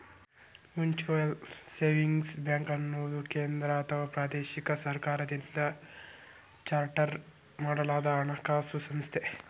mutual savings ಬ್ಯಾಂಕ್ಅನ್ನುದು ಕೇಂದ್ರ ಅಥವಾ ಪ್ರಾದೇಶಿಕ ಸರ್ಕಾರದಿಂದ ಚಾರ್ಟರ್ ಮಾಡಲಾದಹಣಕಾಸು ಸಂಸ್ಥೆ